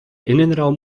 innenraum